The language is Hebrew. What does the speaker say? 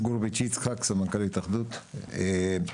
גורביץ׳ יצחק, סמנכ״ל התאחדות הקבלנים.